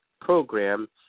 program